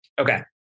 okay